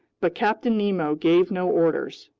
but captain nemo gave no orders.